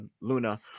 Luna